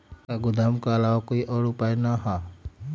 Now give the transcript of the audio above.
का गोदाम के आलावा कोई और उपाय न ह?